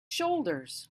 shoulders